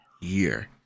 year